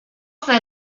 sei